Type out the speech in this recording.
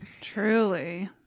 Truly